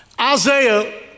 Isaiah